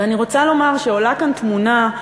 ואני רוצה לומר שעולה כאן תמונה,